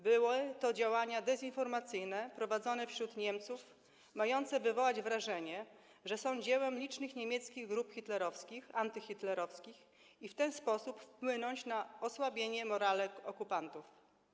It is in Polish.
Były to działania dezinformacyjne prowadzone wśród Niemców, mające wywołać wrażenie, że są dziełem licznych niemieckich grup antyhitlerowskich i w ten sposób wpłynąć na osłabienie morale okupantów.